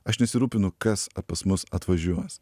aš nesirūpinu kas pas mus atvažiuos